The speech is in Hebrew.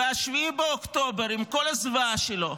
ו-7 באוקטובר, עם כל הזוועה שלו,